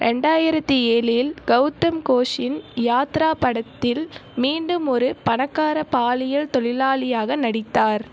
ரெண்டாயிரத்து ஏழில் கவுதம் கோஷின் யாத்ரா படத்தில் மீண்டும் ஒரு பணக்காரப் பாலியல் தொழிலாளியாக நடித்தார்